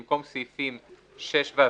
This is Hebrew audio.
במקום 'סעיפים 6ו(ג),'